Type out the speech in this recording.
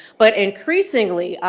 but increasingly,